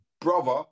brother